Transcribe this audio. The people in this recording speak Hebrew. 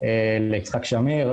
ליצחק שמיר,